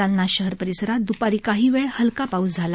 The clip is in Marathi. जालना शहर परिसरात द्पारी काही वेळ हलका पाऊस झाला